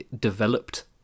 developed